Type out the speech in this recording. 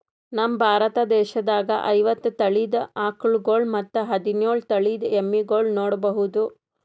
ನಮ್ ಭಾರತ ದೇಶದಾಗ್ ಐವತ್ತ್ ತಳಿದ್ ಆಕಳ್ಗೊಳ್ ಮತ್ತ್ ಹದಿನೋಳ್ ತಳಿದ್ ಎಮ್ಮಿಗೊಳ್ ನೋಡಬಹುದ್